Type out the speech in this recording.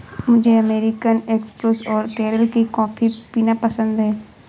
मुझे American espresso और केरल की कॉफी पीना पसंद है